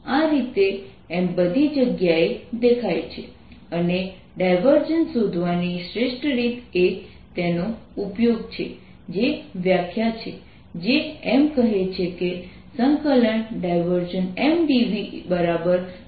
આ ઇન્ટિગ્રલ ભાગની ગણતરી કરવા માટે સ્ફેરિકલ શેલની હાઇ સિમ્મેટ્રી ડેન્સિટી નો ઉપયોગ કરો